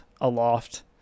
aloft